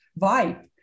vibe